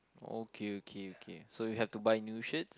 okay okay okay so you have to buy new shirts